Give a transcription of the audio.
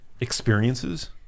experiences